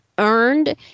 earned